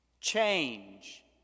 change